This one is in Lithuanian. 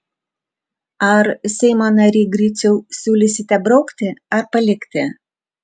ar seimo nary griciau siūlysite braukti ar palikti